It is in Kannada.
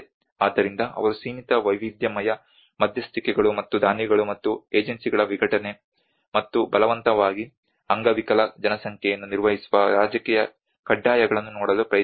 ಆದ್ದರಿಂದ ಅವರು ಸೀಮಿತ ವೈವಿಧ್ಯಮಯ ಮಧ್ಯಸ್ಥಿಕೆಗಳು ಮತ್ತು ದಾನಿಗಳು ಮತ್ತು ಏಜೆನ್ಸಿಗಳ ವಿಘಟನೆ ಮತ್ತು ಬಲವಂತವಾಗಿ ಅಂಗವಿಕಲ ಜನಸಂಖ್ಯೆಯನ್ನು ನಿರ್ವಹಿಸುವ ರಾಜಕೀಯ ಕಡ್ಡಾಯಗಳನ್ನು ನೋಡಲು ಪ್ರಯತ್ನಿಸುತ್ತಾರೆ